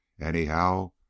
anyhow